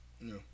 No